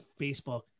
Facebook